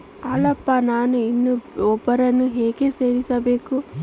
ಅಲ್ಲಪ್ಪ ನಾನು ಇನ್ನೂ ಒಬ್ಬರನ್ನ ಹೇಗೆ ಸೇರಿಸಬೇಕು?